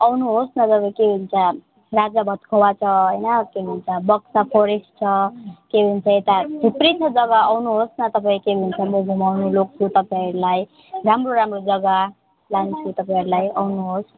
आउनुहोस् न तपाईँ के भन्छ राजा भातखावा छ होइन के भन्छ बक्सा फरेस्ट छ के भन्छ यता थुप्रै छ जग्गा आउनुहोस् न तपाईँ के भन्छ म घुमाउनु लान्छु तपाईँहरूलाई राम्रो राम्रो जग्गा लान्छु तपाईँहरूलाई आउनुहोस्